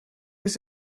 was